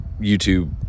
YouTube